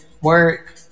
work